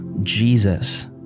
Jesus